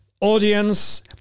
audience